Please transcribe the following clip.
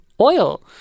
Oil